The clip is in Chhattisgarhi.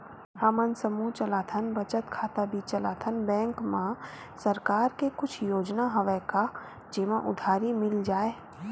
हमन समूह चलाथन बचत खाता भी चलाथन बैंक मा सरकार के कुछ योजना हवय का जेमा उधारी मिल जाय?